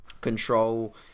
control